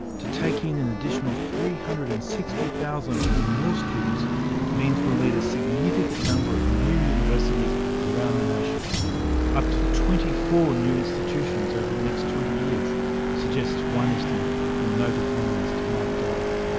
to take in an additional three hundred and sixty thousand or more students means we will need a significant number of new universities around the nation up to twenty four new institutions over the next twenty years suggests one estimate from noted analyst mike gallagher.